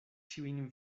ĉiujn